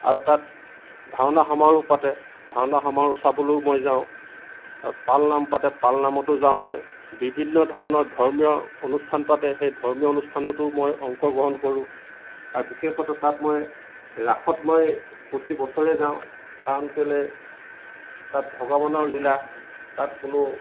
আৰু তাত ভাওনা সমাৰোহ পাতে ভাওনা সমাৰোহ চাবলৈও মই যাওঁ আৰু পাল নাম পাতে পাল নামতো যাওঁ মই বিভিন্ন ধৰণৰ ধৰ্মীয় অনুষ্ঠান পাতে সেই ধৰ্মীয় অনুষ্ঠানতো মই অংশ গ্ৰহণ কৰোঁ আৰু বিশেষতঃ তাত মই ৰাসত মই প্ৰতি বছৰে যাওঁ কাৰণ কেলৈ তাত ভগৱানৰ লীলা তাত কোনো